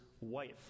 wife